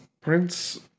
Prince